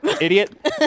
idiot